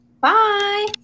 Bye